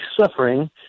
suffering